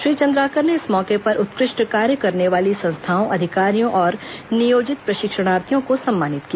श्री चन्द्राकर ने इस मौके पर उत्कृष्ट कार्य करने वाली संस्थाओं अधिकारियों और नियोजित प्रशिक्षणार्थियों को सम्मानित किया